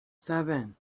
seven